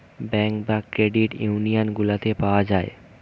bank বা credit union গুলাতে পাওয়া যায়